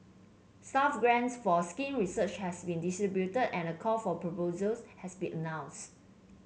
staff grants for skin research has been distributed and a call for proposals has been announce